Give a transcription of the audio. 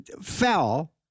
fell